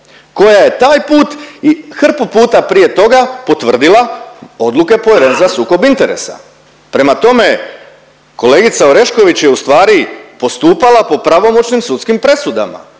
koja je taj put i hrpu puta prije toga potvrdila odluke Povjerenstva za sukob interesa. Prema tome, kolegica Orešković je ustvari postupala po pravomoćnim sudskim presudama.